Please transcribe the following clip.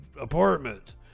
apartment